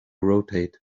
rotate